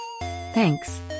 Thanks